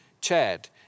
Chad